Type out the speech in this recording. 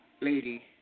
lady